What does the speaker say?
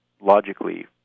logically